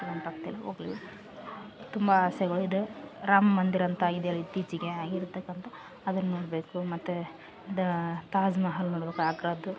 ನೆನಪಾಗ್ತಿಲ್ಲ ಹೋಗಲಿ ತುಂಬ ಆಸೆಗಳಿದೆ ರಾಮ ಮಂದಿರಂತ ಆಗಿದೆ ಅಲ್ಲ ಇತ್ತೀಚೆಗೆ ಆಗಿರ್ತಕ್ಕಂಥ ಅದನ್ನು ನೋಡಬೇಕು ಮತ್ತು ತಾಜ್ಮಹಲ್ ನೋಡಬೇಕು ಆಗ್ರಾದ್ದು